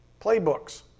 playbooks